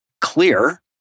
clear